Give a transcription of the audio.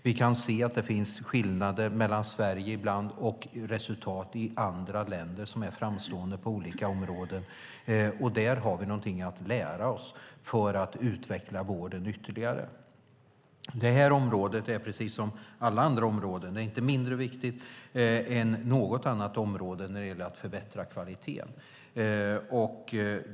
Vi kan se att det finns skillnader mellan Sverige ibland och resultat i andra länder som är framstående på olika områden. Där har vi någonting att lära oss för att utveckla vården ytterligare. Det här området är precis som alla andra områden. Det är inte mindre viktigt än något annat område när det gäller att förbättra kvaliteten.